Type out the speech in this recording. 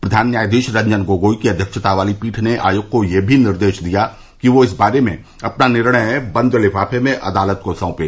प्रधान न्यायाधीश रंजन गोगोई की अध्यक्षता वाली पीठ ने आयेग को यह भी निर्देश दिया कि वह इस बारे में अपना निर्णय बंद लिफ़ाफ़े में अदालत को सौंपे